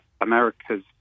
America's